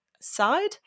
side